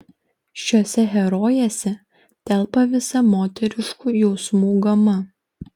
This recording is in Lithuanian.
šiose herojėse telpa visa moteriškų jausmų gama